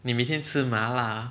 你每天吃麻辣